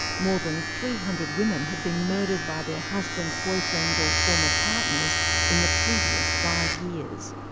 more than three hundred women had been murdered by their husbands, boyfriends or former partners in the previous five years.